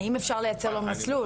האם אפשר לייצר לו מסלול?